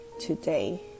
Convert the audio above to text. today